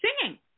singing